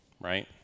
right